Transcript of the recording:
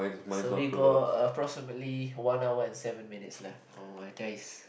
so we got approximately one hour and seven minutes left oh my dice